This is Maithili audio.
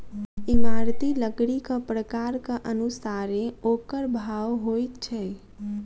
इमारती लकड़ीक प्रकारक अनुसारेँ ओकर भाव होइत छै